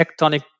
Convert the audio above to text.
tectonic